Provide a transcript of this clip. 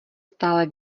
stále